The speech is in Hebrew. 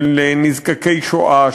של נזקקי השואה,